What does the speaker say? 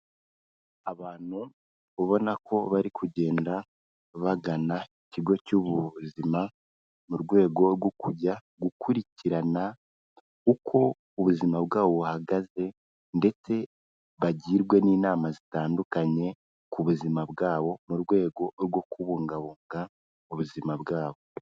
Abantu ubona ko bari kugenda bagana ikigo cy'ubuzima mu rwego rwo kujya gukurikirana uko ubuzima bwabo buhagaze ndetse bagirwe n'inama zitandukanye ku buzima bwabo mu rwego rwo kubungabunga ubuzima bwabo.